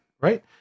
right